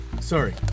Sorry